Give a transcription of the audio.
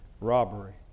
robbery